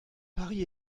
paris